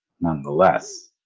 nonetheless